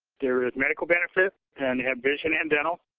there is medical benefits and have vision and dental.